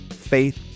faith